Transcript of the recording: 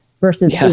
versus